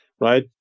right